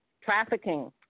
trafficking